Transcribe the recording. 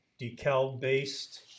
decal-based